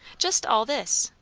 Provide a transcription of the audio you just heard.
just all this.